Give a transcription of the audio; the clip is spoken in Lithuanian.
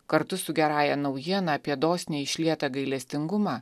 kartu su gerąja naujiena apie dosniai išlietą gailestingumą